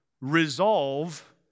resolve